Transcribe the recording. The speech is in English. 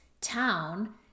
town